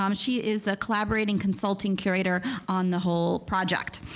um she is the collaborating consulting curator on the whole project.